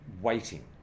waiting